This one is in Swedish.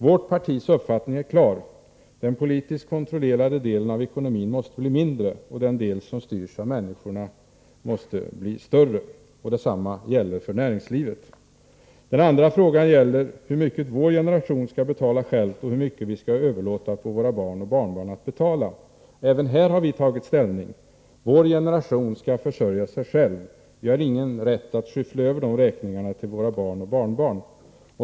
Vårt partis uppfattning är klar: Den politiskt kontrollerade delen av ekonomin måste bli mindre och den del som styrs av människorna måste bli större. Detsamma gäller för näringslivet. Den andra frågan gäller hur mycket vår generation skall betala själv och hur mycket vi skall överlåta på våra barn och barnbarn att betala. Även här har vi tagit ställning. Vår generation skall försörja sig själv. Vi har ingen rätt att skyffla över de räkningarna till våra barn och barnbarn.